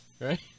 right